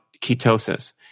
ketosis